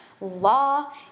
law